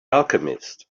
alchemist